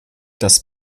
das